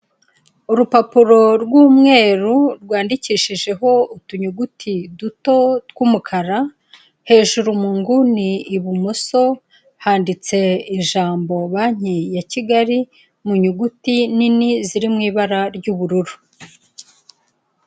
Urupapuro rw'umweru rwandikishijeho utunyuguti duto tw'umukara, hejuru mu nguni ibumoso, handitse ijambo banki ya kigali mu nyuguti nini ziri mu ibara ry'ubururu.